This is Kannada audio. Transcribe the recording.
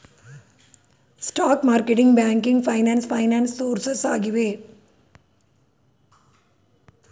stock marketing, banking finance finance sources ಆಗಿವೆ